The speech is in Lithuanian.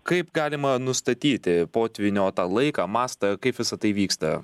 kaip galima nustatyti potvynio tą laiką mastą kaip visa tai vyksta